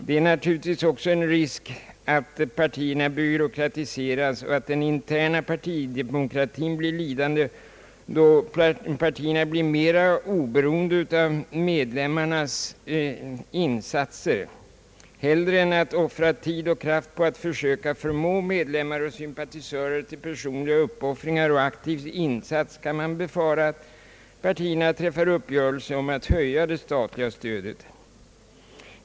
Det finns naturligtvis också en risk för att partierna byråkratiseras och att den interna partidemokratin blir lidande på att partierna blir mera oberoende av medlemmarnas insatser. Man kan befara att partierna, hellre än att sätta till tid och krafter för att försöka förmå medlemmar och sympatisörer till personliga uppoffringar och aktiva insatser, kommer att träffa uppgörelser om att höja det statliga stödet.